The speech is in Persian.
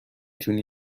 توانی